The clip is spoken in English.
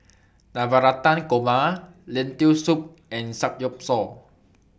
Navratan Korma Lentil Soup and Samgyeopsal